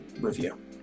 review